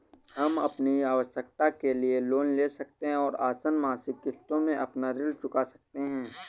हम अपनी आवश्कता के लिए लोन ले सकते है और आसन मासिक किश्तों में अपना ऋण चुका सकते है